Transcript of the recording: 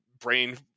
brain